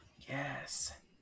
Yes